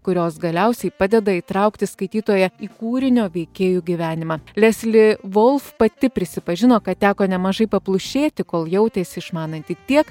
kurios galiausiai padeda įtraukti skaitytoją į kūrinio veikėjų gyvenimą lesli volf pati prisipažino kad teko nemažai paplušėti kol jautėsi išmananti tiek